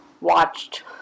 watched